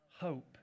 hope